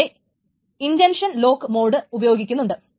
ഇവിടെ intention lock mode ഉപയോഗിക്കുന്നുണ്ട്